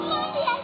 Mommy